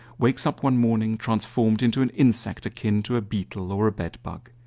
wakes up one morning transformed into an insect akin to a beetle or a bed bug.